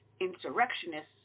insurrectionists